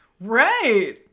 Right